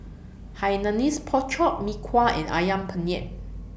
Hainanese Pork Chop Mee Kuah and Ayam Penyet